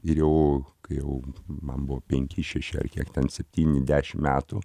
ir jau kai man buvo penki šeši ar kiek ten septyni dešim metų